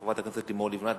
חברת הכנסת לימור לבנת.